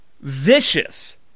vicious